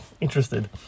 interested